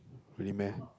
really meh